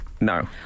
No